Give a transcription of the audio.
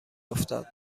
افتاد